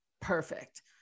Perfect